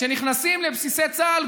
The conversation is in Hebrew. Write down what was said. שנכנסים לבסיסי צה"ל,